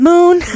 Moon